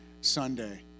Sunday